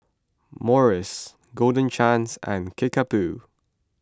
Morries Golden Chance and Kickapoo